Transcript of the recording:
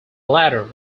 latter